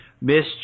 Miss